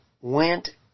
went